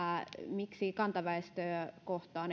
miksi kantaväestöä kohtaan